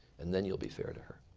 and then you'll be fair to her.